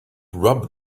rub